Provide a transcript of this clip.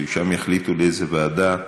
ושם יחליטו לאיזו ועדה,